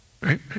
Right